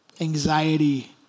anxiety